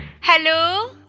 Hello